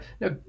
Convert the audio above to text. now